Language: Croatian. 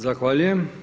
Zahvaljujem.